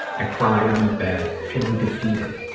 i cried on the bed, feeling defeated,